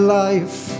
life